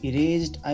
Erased